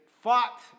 fought